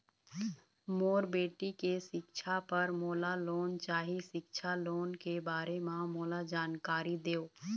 मोर बेटी के सिक्छा पर मोला लोन चाही सिक्छा लोन के बारे म मोला जानकारी देव?